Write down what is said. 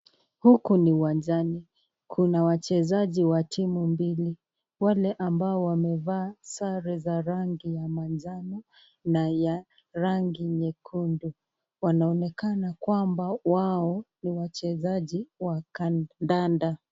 huku ni wanjani kunawachezaji wa timu mbili wale ambao wamevaa zare za rangi ya manjano na ya rangi nyekundu wanaonekana kwamba wao ni wachezaji wa kandanda.